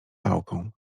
pałką